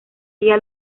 día